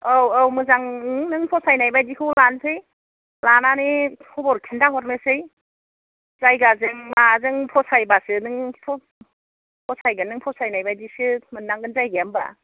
औ औ मोजां नों फसायनाय बायदिखौ लानोसै लानानै खबर खिन्था हरनोसै जायगाजों माजों फसायबासो नोंथ' फसायगोन नों फसायनाय बायदिसो मोननांगोन जायगाया होनबा